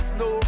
no